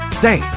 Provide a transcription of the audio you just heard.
stay